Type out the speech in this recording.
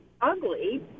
ugly